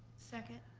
second.